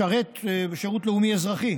לשרת בשירות לאומי-אזרחי,